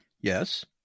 Yes